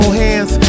hands